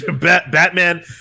Batman